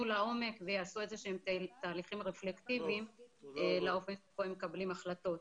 לעומק ויעשו איזה שהם תהליכים רפלקטיביים לאופן שבו הם מקבלים החלטות,